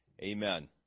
Amen